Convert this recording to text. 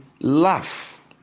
laugh